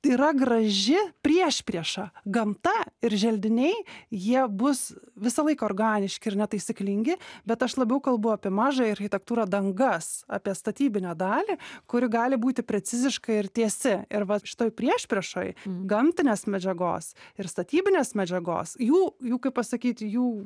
tai yra graži priešprieša gamta ir želdiniai jie bus visą laiką organiški ir netaisyklingi bet aš labiau kalbu apie mažąją architektūrą dangas apie statybinę dalį kuri gali būti preciziška ir tiesi ir va šitoj priešpriešoj gamtinės medžiagos ir statybinės medžiagos jų jų kaip pasakyt jų